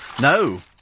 No